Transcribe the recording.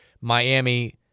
Miami